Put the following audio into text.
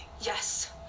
Yes